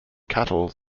cattle